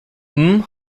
umm